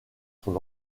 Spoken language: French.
son